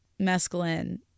mescaline